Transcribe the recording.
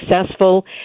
successful